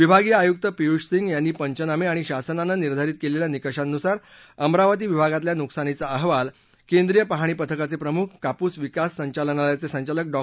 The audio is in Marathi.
विभागीय आयुक्त पियूष सिंह यांनी पंचनामे आणि शासनानं निर्धारीत केलेल्या निकषानुसार अमरावती विभागातल्या नुकसानीचा अहवाल केंद्रीय पाहणी पथकाचे प्रमुख कापूस विकास संचालनालयाचे संचालक डॉ